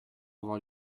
revoir